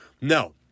No